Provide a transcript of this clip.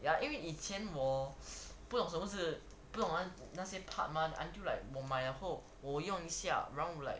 ya 因为以前我不懂什么是不懂那些 parts mah until like 我买了后我用一下然后 like